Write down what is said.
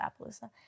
Appaloosa